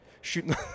shooting